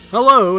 Hello